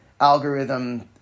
algorithm